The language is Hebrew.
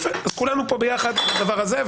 אז כולנו פה יחד בדבר הזה.